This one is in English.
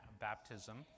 baptism